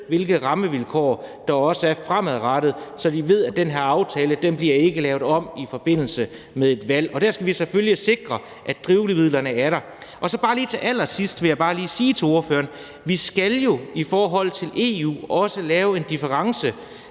hvilke rammevilkår der er fremadrettet, for de ved, at den her aftale ikke bliver lavet om i forbindelse med et valg. Der skal vi selvfølgelig sikre, at drivmidlerne er der. Til allersidst vil jeg bare lige sige til ordføreren, at vi jo i forhold til EU også skal lave en differentiering